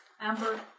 Amber